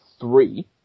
three